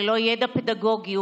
ללא ידע פדגוגי,